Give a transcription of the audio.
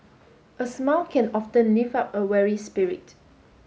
a smile can often lift up a weary spirit